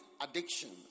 addictions